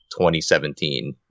2017